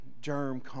germ